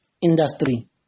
industry